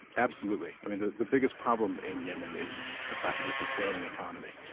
absolutely. the the biggest problem in yemen is the fact that it's a failing economy.